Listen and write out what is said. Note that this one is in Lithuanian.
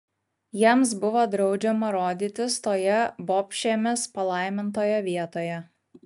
jiems buvo draudžiama rodytis toje bobšėmis palaimintoje vietoje